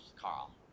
Carl